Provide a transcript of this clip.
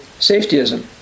safetyism